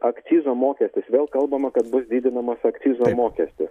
akcizo mokestis vėl kalbama kad bus didinamas akcizo mokestis